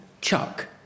Chuck